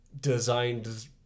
designed